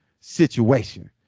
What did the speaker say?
situation